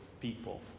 people